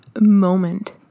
moment